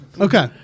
Okay